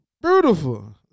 beautiful